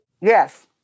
Yes